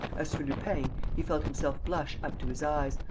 as for lupin, he felt himself blush up to his eyes,